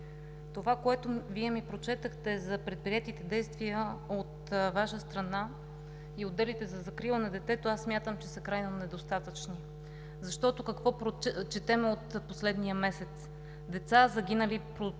това, което Вие ми прочетохте за предприетите действия от Ваша страна и отделите за закрила на детето, аз смятам, че са крайно недостатъчни, защото какво четем от последния месец: деца загинали в пожар,